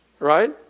Right